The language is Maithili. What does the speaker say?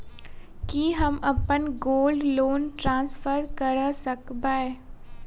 की हम अप्पन गोल्ड लोन ट्रान्सफर करऽ सकबै?